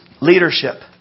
Leadership